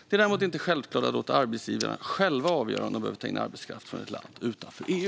Det är däremot inte självklart att låta arbetsgivarna själva avgöra om de behöver ta in arbetskraft från ett land utanför EU.